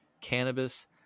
cannabis